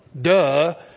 Duh